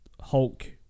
Hulk